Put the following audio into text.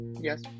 Yes